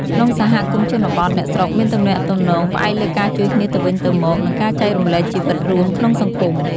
ក្នុងសហគមន៍ជនបទ អ្នកស្រុកមានទំនាក់ទំនងផ្អែកលើការជួយគ្នាទៅវិញទៅមក និងការចែករំលែកជីវិតរួមក្នុងសង្គម។